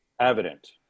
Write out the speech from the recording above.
evident